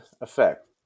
effect